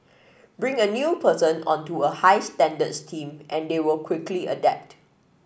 bring a new person onto a high standards team and they will quickly adapt